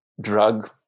Drug